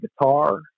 guitar